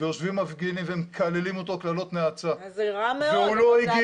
ויושבים מפגינים ומקללים אותו קללות נאצה והוא לא הגיב.